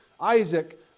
Isaac